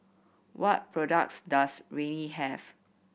what products does Rene have